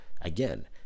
again